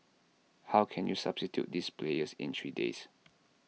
how can you substitute those players in three days